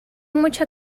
mucha